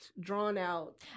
drawn-out